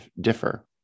differ